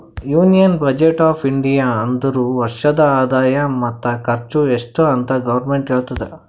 union budget of India ಅಂದುರ್ ವರ್ಷದ ಆದಾಯ ಮತ್ತ ಖರ್ಚು ಎಸ್ಟ್ ಅಂತ್ ಗೌರ್ಮೆಂಟ್ ಹೇಳ್ತುದ